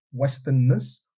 westernness